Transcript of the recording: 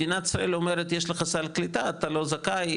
מדינת ישראל אומרת יש לך סל קליטה אתה לא זכאי,